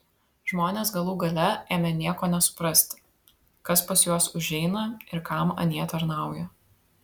žmonės galų gale ėmė nieko nesuprasti kas pas juos užeina ir kam anie tarnauja